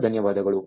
ತುಂಬ ಧನ್ಯವಾದಗಳು